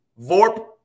VORP